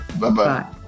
Bye-bye